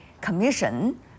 commission